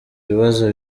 ibibazo